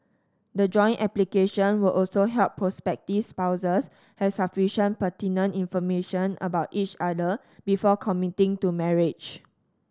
the joint application will also help prospective spouses have sufficient pertinent information about each other before committing to marriage